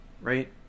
Right